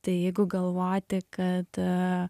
tai jeigu galvoti kad